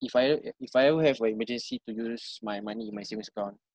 if I e~ e~ if I ever have like emergency to use my money in my savings account